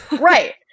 right